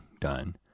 done